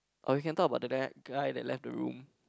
or we can talk about the that guy that left the room